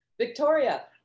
Victoria